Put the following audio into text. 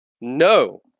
No